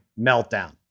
meltdown